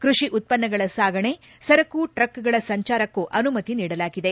ಕೃಷಿ ಉತ್ತನ್ನಗಳ ಸಾಗಣೆ ಸರಕು ಟ್ರಕ್ಗಳ ಸಂಚಾರಕ್ಕೂ ಅನುಮತಿ ನೀಡಲಾಗಿದೆ